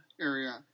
area